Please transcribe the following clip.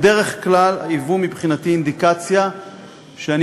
בדרך כלל הן היו מבחינתי אינדיקציה שאני